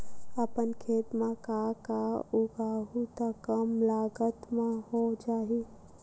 अपन खेत म का का उगांहु त कम लागत म हो जाही?